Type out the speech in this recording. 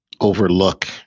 overlook